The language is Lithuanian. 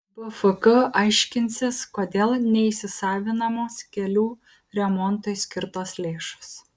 bfk aiškinsis kodėl neįsisavinamos kelių remontui skirtos lėšos